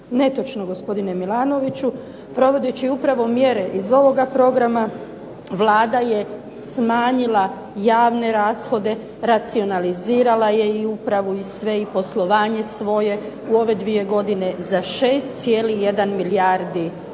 Netočno gospodine Milanoviću. Provodeći upravo mjere iz ovoga programa Vlada je smanjila javne rashode, racionalizirala je i upravu i sve i poslovanje svoje u ove dvije godine za 6,1 milijardi kuna.